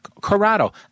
Corrado